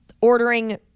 ordering